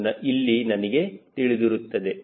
ಎಂದು ಇಲ್ಲಿ ನನಗೆ ತಿಳಿದಿರುತ್ತದೆ